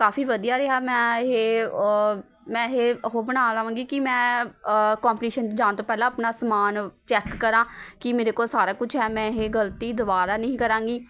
ਕਾਫ਼ੀ ਵਧੀਆ ਰਿਹਾ ਮੈਂ ਇਹ ਮੈਂ ਇਹ ਉਹ ਬਣਾ ਲਵਾਂਗੀ ਕਿ ਮੈਂ ਕੋਪੀਟੀਸ਼ਨ ਜਾਣ ਤੋਂ ਪਹਿਲਾਂ ਆਪਣਾ ਸਮਾਨ ਚੈੱਕ ਕਰਾਂ ਕਿ ਮੇਰੇ ਕੋਲ ਸਾਰਾ ਕੁਛ ਹੈ ਮੈਂ ਇਹ ਗਲ਼ਤੀ ਦੁਬਾਰਾ ਨਹੀਂ ਕਰਾਂਗੀ